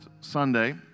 Sunday